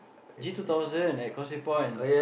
G-two-thousand at Causeway-point